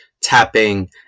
tapping